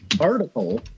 article